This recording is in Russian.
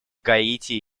гаити